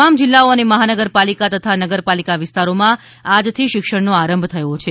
તમામ જીલ્લાઓ અને મહાનગરપાલિકા તથા નગરપાલિકા વિસ્તારોમાં આજથી શિક્ષણનો આરંભ થયો છે